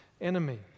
enemy